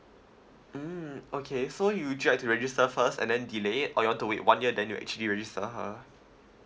mm okay so you dial to register first and then delay it or you want to wait one year then you actually register her